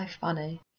funny